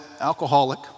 alcoholic